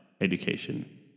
education